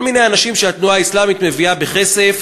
כל מיני אנשים שהתנועה האסלאמית מביאה בכסף,